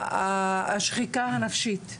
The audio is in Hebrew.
השחיקה הנפשית,